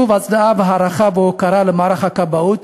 שוב, הצדעה והערכה והוקרה למערך הכבאות,